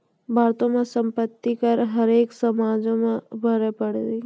भारतो मे सम्पति कर हरेक सालो मे भरे पड़ै छै